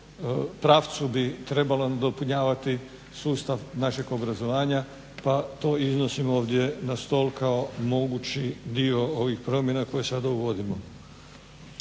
pravcu bi trebalo nadopunjavati sustav našeg obrazovanja pa to iznosim ovdje na stol kao mogući dio ovih promjena koje sada uvodimo.